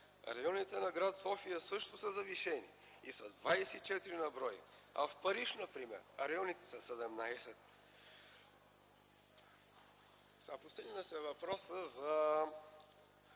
Районите на град София също са завишени и са 24 на брой, а в Париж например районите са 17. Повдигна се въпросът за